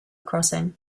crossing